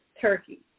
Turkey